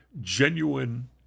genuine